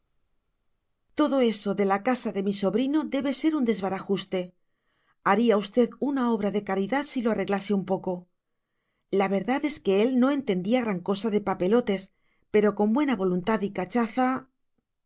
todo eso de la casa de mi sobrino debe ser un desbarajuste haría usted una obra de caridad si lo arreglase un poco la verdad es que él no entendía gran cosa de papelotes pero con buena voluntad y cachaza